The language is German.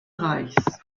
reichs